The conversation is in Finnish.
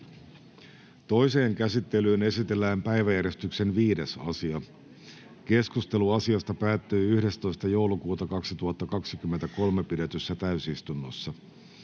Toiseen käsittelyyn esitellään päiväjärjestyksen 7. asia. Keskustelu asiasta päättyi 11.12.2023 pidetyssä täysistunnossa.